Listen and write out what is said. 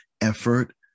effort